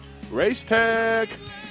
Racetech